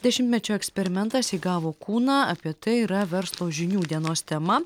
dešimtmečio eksperimentas įgavo kūną apie tai yra verslo žinių dienos tema